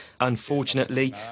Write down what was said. Unfortunately